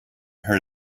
heard